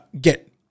get